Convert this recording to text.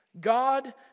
God